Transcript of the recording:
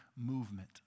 movement